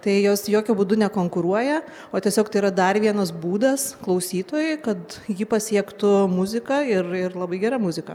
tai jos jokiu būdu nekonkuruoja o tiesiog tai yra dar vienas būdas klausytojui kad jį pasiektų muziką ir ir labai gera muzika